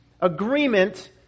agreement